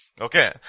Okay